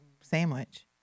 sandwich